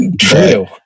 True